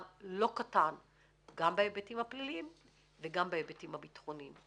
לא קטן גם בהיבטים הפליליים וגם בהיבטים הביטחוניים.